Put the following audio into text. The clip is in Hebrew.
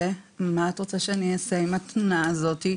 שאלה אותי מה אני רוצה שהיא תעשה עם התלונה הזאת.